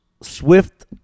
Swift